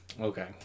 Okay